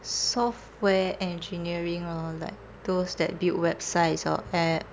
software engineering or like those that build websites or app